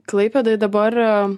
klaipėdoj dabar